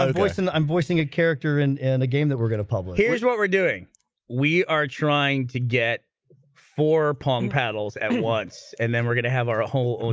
um i'm voicing a character in and a game that we're gonna publish. here's what we're doing we are trying to get for pong paddles at once and then we're gonna have our ah whole. and